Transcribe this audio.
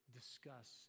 discuss